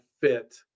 fit